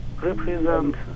represents